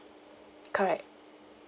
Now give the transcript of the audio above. correct